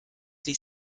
ließ